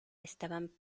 estaban